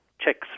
checks